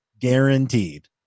Guaranteed